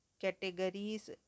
categories